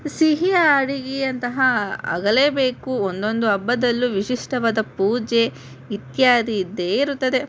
ಸಿಹಿಯ ಅಡುಗೆಯಂತಹ ಆಗಲೇಬೇಕು ಒಂದೊಂದು ಹಬ್ಬದಲ್ಲೂ ವಿಶಿಷ್ಟವಾದ ಪೂಜೆ ಇತ್ಯಾದಿ ಇದ್ದೇ ಇರುತ್ತದೆ